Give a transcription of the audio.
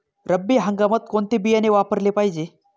रब्बी हंगामात कोणते बियाणे वापरले पाहिजे?